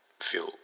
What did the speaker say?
feel